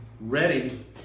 ready